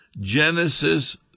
Genesis